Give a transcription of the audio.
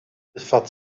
bevat